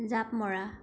জাপ মৰা